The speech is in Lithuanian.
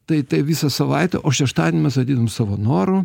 tai tai visą savaitę o šeštadienį mes ateidavom savo noru